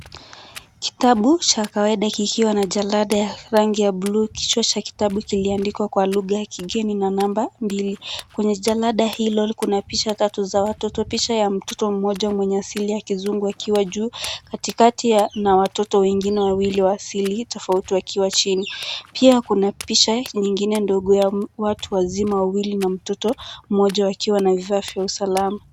Kitabu cha kawaida kikiwa na jalada ya rangi ya buluu. Kichwa cha kitabu kiliandikwa kwa lugha ya kigeni na namba mbili. Kwenye jalada hilo kuna picha tatu za watoto, picha ya mtoto mmoja mwenye asili ya kizungu akiwa juu katikati na watoto wa asili tofauti wakiwa chini. Pia kuna picha nyingine ndogo ya watu wazima wawili na mtoto mmoja wakiwa na vifaa vya usalama.